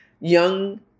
young